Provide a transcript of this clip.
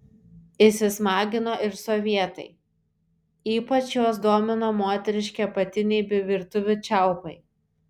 įsismagino ir sovietai ypač juos domino moteriški apatiniai bei virtuvių čiaupai